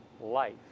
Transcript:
Life